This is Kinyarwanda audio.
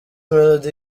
melody